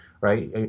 right